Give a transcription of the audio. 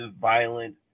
violent